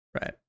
Right